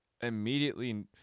immediately